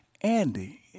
Andy